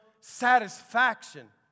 satisfaction